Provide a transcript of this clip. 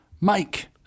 Mike